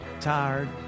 tired